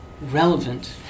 relevant